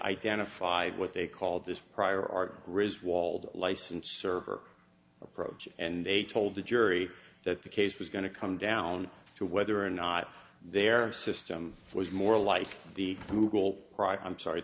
identified what they called this prior art griswold license server approach and they told the jury that the case was going to come down to whether or not their system was more like the google cry i'm sorry